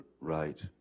right